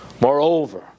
Moreover